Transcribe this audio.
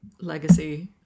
legacy